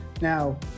now